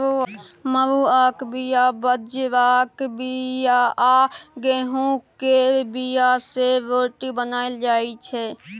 मरुआक बीया, बजराक बीया आ गहुँम केर बीया सँ रोटी बनाएल जाइ छै